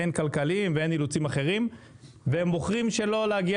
הן כלכליים והן אחרים והם בוחרים שלא להגיע